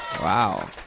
Wow